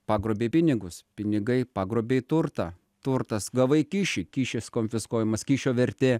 pagrobei pinigus pinigai pagrobei turtą turtas gavai kyšį kyšis konfiskuojamas kyšio vertė